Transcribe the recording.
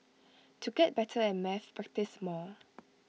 to get better at maths practise more